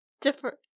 Different